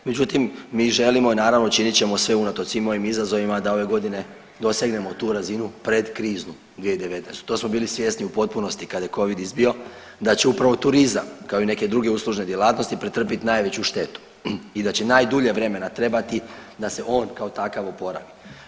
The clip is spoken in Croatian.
Međutim, mi želimo i naravno, učinit ćemo sve unatoč svim ovim izazovima da ove godine dosegnemo tu razinu predkriznu 2019., to smo bili svjesni u potpunosti kada je Covid izbio, da će upravo turizam, kao i neke druge uslužne djelatnosti pretrpiti najveću štetu i da će najdulje vremena trebati da se on kao takav oporavi.